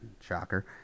Shocker